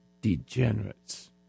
degenerates